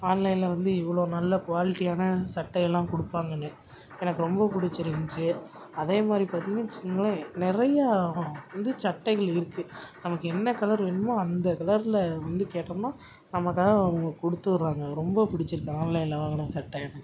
ஆன்லைனில் வந்து இவ்வளோ நல்ல க்வாலிட்டியான சட்டையெல்லாம் கொடுப்பாங்கன்னு எனக்கு ரொம்ப பிடிச்சிருந்ச்சி அதே மாதிரி பார்த்தீங்கனா வெச்சுக்கோங்களேன் நிறையா வந்து சட்டைகள் இருக்குது நமக்கு என்ன கலர் வேணுமோ அந்த கலரில் வந்து கேட்டோம்னால் நமக்காக அவங்க கொடுத்துட்றாங்க ரொம்ப பிடிச்சிருக்கு ஆன்லைனில் வாங்கின சட்டை எனக்கு